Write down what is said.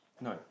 no